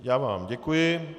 Já vám děkuji.